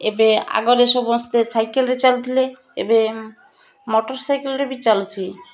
ଏବେ ଆଗରେ ସମସ୍ତେ ସାଇକେଲରେ ଚାଲିଥିଲେ ଏବେ ମୋଟର୍ ସାଇକେଲରେ ବି ଚାଲୁଛି